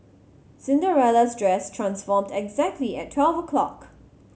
Cinderella's dress transformed exactly at twelve o'clock